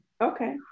Okay